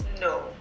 No